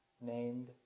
named